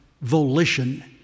volition